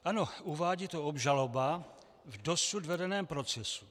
Ano, uvádí to obžaloba v dosud vedeném procesu.